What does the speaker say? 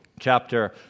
chapter